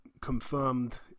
confirmed